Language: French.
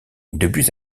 depuis